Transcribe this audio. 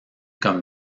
comme